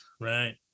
Right